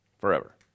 Forever